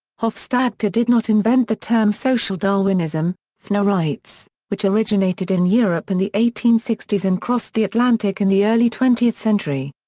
hofstadter did not invent the term social darwinism, foner writes, which originated in europe in the eighteen sixty s and crossed the atlantic in the early twentieth century.